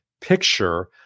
picture